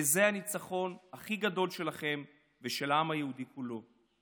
וזה הניצחון הכי גדול שלכם ושל העם היהודי כולו.